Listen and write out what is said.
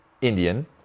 Indian